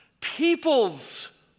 Peoples